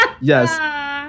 Yes